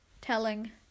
telling